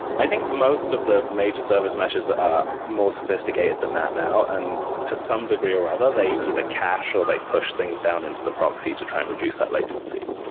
i think most of the major service meshes are more sophisticated than that now, and to some degree or other, they either cache or they push things down into the proxy to try and reduce that latency.